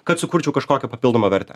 kad sukurčiau kažkokią papildomą vertę